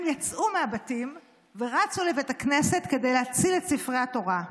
הם יצאו מהבתים ורצו לבית הכנסת כדי להציל את ספרי התורה,